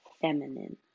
feminine